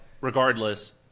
regardless